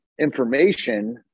information